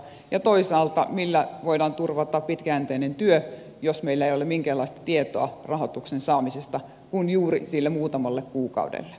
ja toisaalta millä voidaan turvata pitkäjänteinen työ jos meillä ei ole minkäänlaista tietoa rahoituksen saamisesta kuin juuri sille muutamalle kuukaudelle